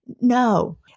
No